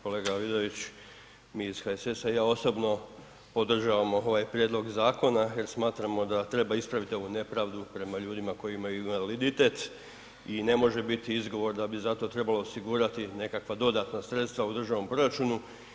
Kolega Vidović, mi iz HSS-a i ja osobno podržavamo ovaj prijedlog zakona jer smatramo da treba ispraviti ovu nepravdu prema ljudima koji imaju invaliditet i ne može biti izgovor da bi za to trebalo osigurati nekakva dodatna sredstva u državnom proračunu.